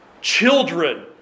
Children